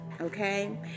okay